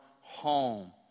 home